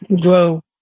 grow